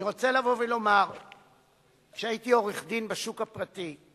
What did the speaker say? אני רוצה לבוא ולומר שכשהייתי עורך-דין בשוק הפרטי,